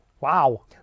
Wow